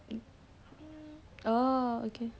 oh okay